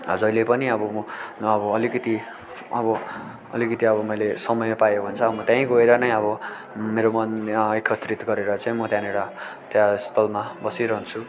जहिले पनि अब म अब अलिकति अब अलिकिति अब मैले समय पायो भने चाहिँ अब म त्यहीँ गएर नै अब मेरो मन एकत्रित गरेर चाहिँ म त्यहाँनिर त्यहाँ स्थलमा बसिहरन्छु